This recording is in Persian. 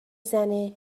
زنه